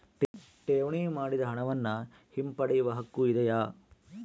ಠೇವಣಿ ಮಾಡಿದ ಹಣವನ್ನು ಹಿಂಪಡೆಯವ ಹಕ್ಕು ಇದೆಯಾ?